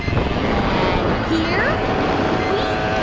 and here we.